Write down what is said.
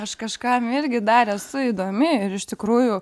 aš kažkam irgi dar esu įdomi ir iš tikrųjų